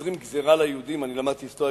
כשגוזרים גזירה על יהודים,